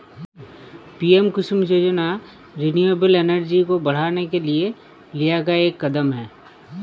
PM Kusum योजना renewable energy को बढ़ाने के लिए लिया गया एक कदम है